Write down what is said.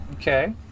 Okay